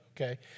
Okay